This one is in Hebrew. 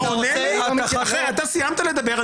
אתה סיימת לדבר,